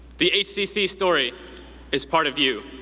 the hcc story is part of you.